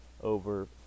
over